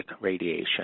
radiation